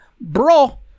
bro